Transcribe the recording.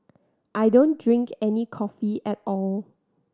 I don't drink any coffee at all